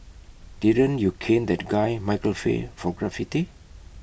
didn't you cane that guy Michael Fay for graffiti